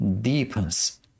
deepens